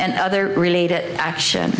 and other related action